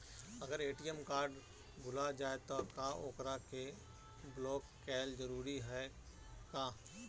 अगर ATM card भूला जाए त का ओकरा के बलौक कैल जरूरी है का?